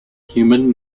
human